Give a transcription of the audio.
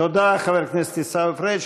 תודה, חבר הכנסת עיסאווי פריג'.